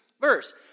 verse